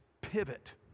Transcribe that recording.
pivot